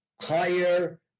higher